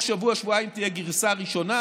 ותוך שבוע-שבועיים תהיה גרסה ראשונה.